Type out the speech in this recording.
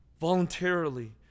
voluntarily